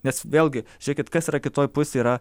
nes vėlgi žiūrėkit kas yra kitoj pusėj yra